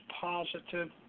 positive